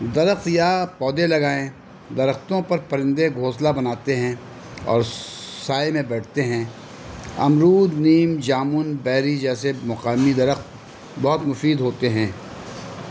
درخت یا پودے لگائیں درختوں پر پرندے گھونسلہ بناتے ہیں اور سائے میں بیٹھتے ہیں امرود نیم جامن بیری جیسے مقامی درخت بہت مفید ہوتے ہیں